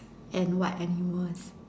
and what animal is